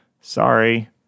Sorry